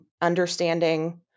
understanding